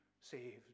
saved